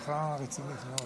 תודה רבה,